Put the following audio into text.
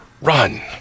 Run